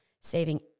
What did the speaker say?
saving